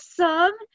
Awesome